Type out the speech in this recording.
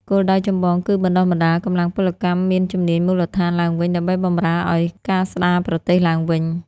គោលដៅចម្បងគឺបណ្តុះបណ្តាល កម្លាំងពលកម្មមានជំនាញមូលដ្ឋាន ឡើងវិញ ដើម្បីបម្រើឱ្យការស្តារប្រទេសឡើងវិញ។